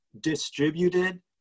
distributed